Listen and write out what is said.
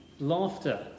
laughter